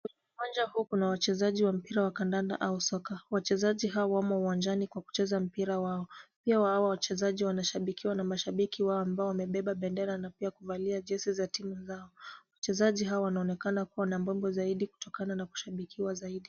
Uwanja huu kuna wachezaji wa mpira wa kandanda au soka. Wachezaji hawa wamo uwanjani kwa kucheza mpira wao, pia hawa wachezaji wanashabikiwa na mashabiki wao ambao wamebeba bendera na pia kuvalia jezi za timu zao, wachezaji hawa wanaonekana kuwa na mbwembwe zaidi kutokana na kushabikiwa zaidi.